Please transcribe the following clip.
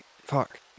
Fuck